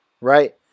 Right